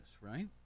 right